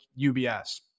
UBS